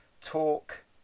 talk